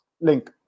link